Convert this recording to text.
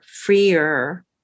freer